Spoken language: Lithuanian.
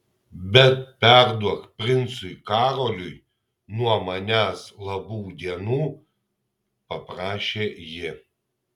bet perduok princui karoliui nuo manęs labų dienų paprašė ji